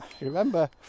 remember